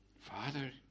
Father